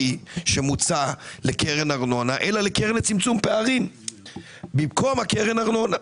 שמוצע לקרן ארנונה אלא לקרן לצמצום פערים במקום לקרן ארנונה.